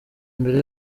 imbere